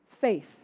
faith